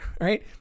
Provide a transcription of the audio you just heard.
Right